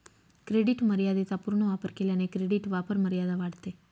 credit मर्यादेचा पूर्ण वापर केल्याने क्रेडिट वापरमर्यादा वाढते